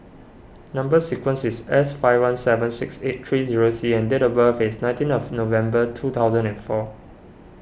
Number Sequence is S five one seven six eight three zero C and date of birth is nineteen of November two thousand and four